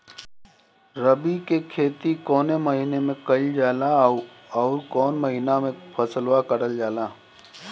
रबी की खेती कौने महिने में कइल जाला अउर कौन् महीना में फसलवा कटल जाला?